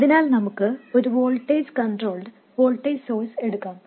അതിനാൽ നമുക്ക് ഒരു വോൾട്ടേജ് കണ്ട്രോൾട് വോൾട്ടേജ് സോഴ്സ് എടുക്കാം